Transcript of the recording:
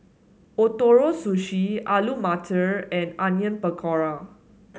Ootoro Sushi Alu Matar and Onion Pakora